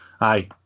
aye